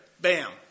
Bam